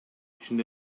үчүн